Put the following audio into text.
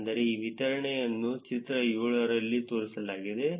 ಅಂದರೆ ಈ ವಿತರಣೆಯನ್ನು ಚಿತ್ರ 7 ರಲ್ಲಿ ತೋರಿಸಲಾಗಿದೆ